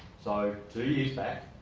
so two years back,